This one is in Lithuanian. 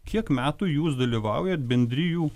kiek metų jus dalyvaujat bendrijų